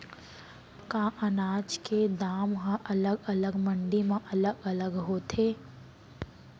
का अनाज के दाम हा अलग अलग मंडी म अलग अलग होथे?